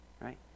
right